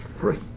free